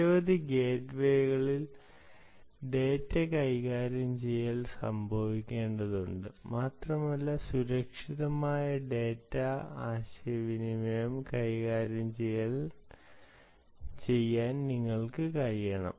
നിരവധി ഗേറ്റ്വേകളിൽ ഡാറ്റ കൈകാര്യം ചെയ്യൽ സംഭവിക്കേണ്ടതുണ്ട് മാത്രമല്ല സുരക്ഷിതമായ ഡാറ്റ ആശയവിനിമയം കൈകാര്യം ചെയ്യാൻ നിങ്ങൾക്ക് കഴിയണം